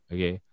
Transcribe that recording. Okay